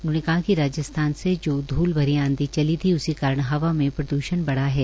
उन्होंने कहा कि राज्स्थान से जो ध्ल भरी आंधी चली थी उसी कारण हवा में प्रद्षण बढ़ा है